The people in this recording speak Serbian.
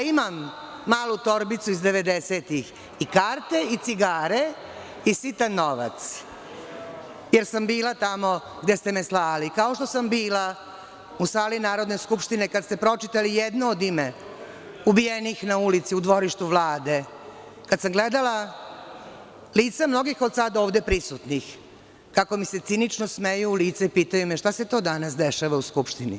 Imam malu torbicu iz 90-ih, i karte, i cigare, i sitan novac, jer sam bila tamo gde ste me slali, kao što sam bila u sali Narodne skupštine kada ste pročitali jedno ime ubijenih na ulici, u dvorištu Vlade, kada sam gledala lica mnogih od sada ovde prisutnih kako mi se cinično smeju u lice i pitaju me – šta se to danas dešava u skupštini?